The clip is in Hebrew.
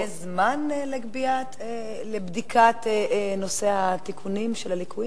יש זמן לבדיקת נושא התיקונים של הליקויים?